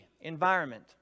environment